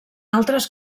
altres